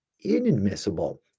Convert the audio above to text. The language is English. inadmissible